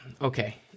Okay